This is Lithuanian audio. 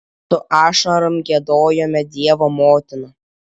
su ašarom giedojome dievo motiną